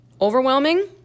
overwhelming